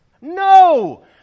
No